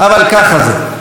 אבל ככה זה.